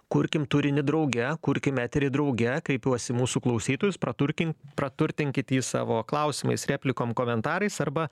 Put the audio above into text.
kurkim turinį drauge kurkim eterį drauge kreipiuos į mūsų klausytojus praturkin praturtinkit jį savo klausimais replikom komentarais arba